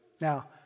Now